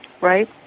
right